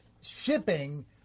shipping